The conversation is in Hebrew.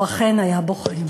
הוא אכן היה בוכה.